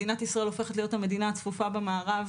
מדינת ישראל הופכת להיות המדינה הצפופה במערב,